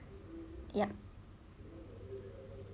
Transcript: yup